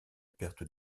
perte